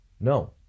No